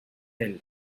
elle